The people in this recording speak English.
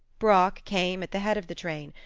brock came at the head of the train,